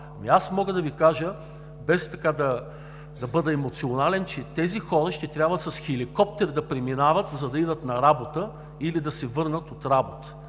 Аз мога да Ви кажа, без да бъда емоционален, че тези хора ще трябва с хеликоптер да преминават, за да отидат на работа, или да се върнат от работа.